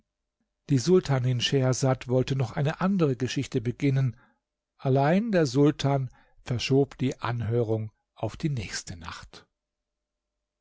die sultanin schehersad wollte noch eine andere geschichte beginnen allein der sultan verschob die anhörung auf die nächste nacht